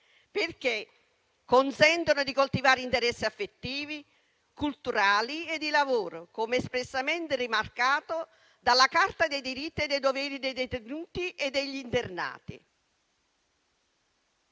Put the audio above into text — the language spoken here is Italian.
perché consentono di coltivare interessi affettivi, culturali e di lavoro, come espressamente rimarcato dalla Carta dei diritti e dei doveri dei detenuti e degli internati.